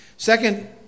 Second